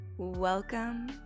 Welcome